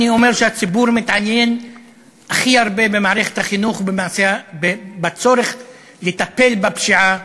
אני אומר שהציבור מתעניין הכי הרבה במערכת החינוך ובצורך לטפל בפשיעה